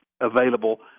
available